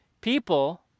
people